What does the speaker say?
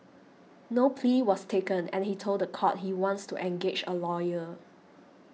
no plea was taken and he told the court he wants to engage a lawyer